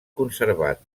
conservat